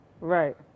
Right